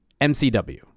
MCW